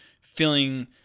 feeling